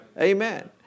Amen